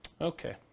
Okay